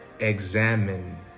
Examine